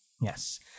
Yes